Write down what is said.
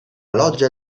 loggia